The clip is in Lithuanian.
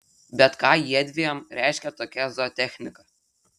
bet ką jiedviem reiškia tokia zootechnika